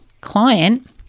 client